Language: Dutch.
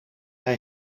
hij